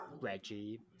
reggie